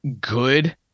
good